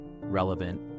relevant